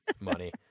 money